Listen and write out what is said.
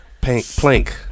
Plank